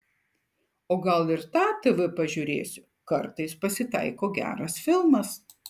o gal ir tą tv pažiūrėsiu kartais pasitaiko geras filmas